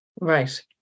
right